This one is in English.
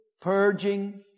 purging